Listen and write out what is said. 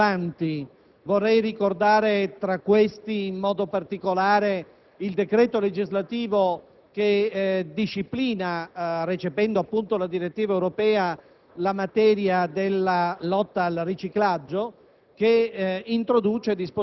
straordinariamente rilevanti, cito tra questi in modo particolare il decreto legislativo che disciplina, recependo appunto la direttiva europea, la materia della lotta al riciclaggio,